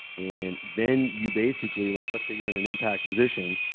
and then you basically. like let's say you're in an impact position,